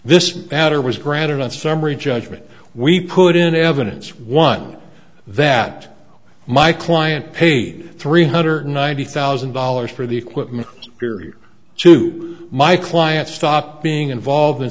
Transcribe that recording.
this after was granted on summary judgment we put in evidence one that my client paid three hundred ninety thousand dollars for the equipment period to my client stop being involved in